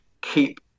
keep